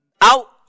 out